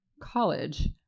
College